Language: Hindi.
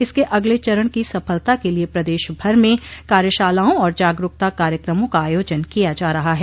इसके अगले चरण की सफलता के लिये प्रदेश भर में कार्यशालाओं और जागरूकता कार्यक्रमों का आयोजन किया जा रहा है